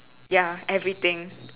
ya everything